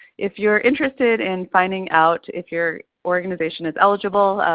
if you are interested in finding out if your organization is eligible,